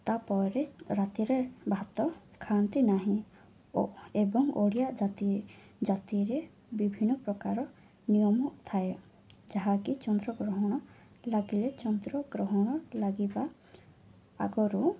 ତାପରେ ରାତିରେ ଭାତ ଖାଆନ୍ତି ନାହିଁ ଓ ଏବଂ ଓଡ଼ିଆ ଜାତି ଜାତିରେ ବିଭିନ୍ନ ପ୍ରକାର ନିୟମ ଥାଏ ଯାହାକି ଚନ୍ଦ୍ରଗ୍ରହଣ ଲାଗିଲେ ଚନ୍ଦ୍ରଗ୍ରହଣ ଲାଗିବା ଆଗରୁ